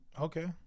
okay